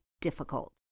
difficult